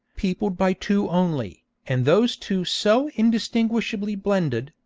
peopled by two only, and those two so indistinguishably blended,